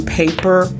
paper